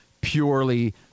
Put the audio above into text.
purely